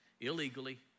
illegally